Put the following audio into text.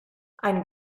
ein